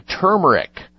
turmeric